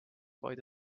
vaid